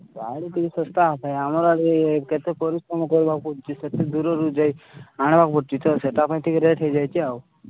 ଗାଡ଼ି ଟିକେ ଶସ୍ତା ହେବା ପାଇଁ ଆମର ଏରେ କେତେ ପରିଶ୍ରମ କରିବାକୁ ପଡ଼ୁଛି କେତେ ଦୂରରୁ ଯାଇ ଆଣିବାକୁ ପଡ଼ୁଛି ତ ସେଇଟା ପାଇଁ ଟିକେ ରେଟ୍ ହେଇଯାଇଛି ଆଉ